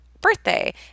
birthday